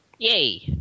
Yay